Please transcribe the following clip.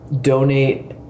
donate